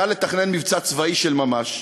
קל לתכנן מבצע צבאי של ממש,